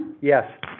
Yes